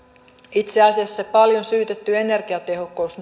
itse asiassa paljon syytetty energiatehokkuus